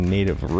Native